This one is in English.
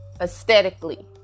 aesthetically